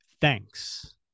thanks